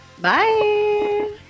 Bye